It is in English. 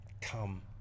come